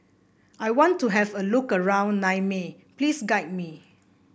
I want to have a look around Niamey Please guide me